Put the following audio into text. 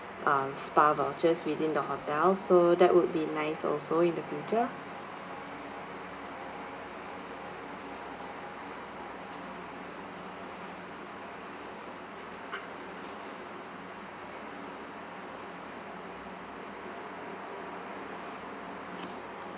um spa vouchers within the hotel so that would be nice also in the future